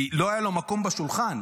כי לא היה לו מקום בשולחן,